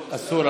אסור.